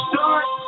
Start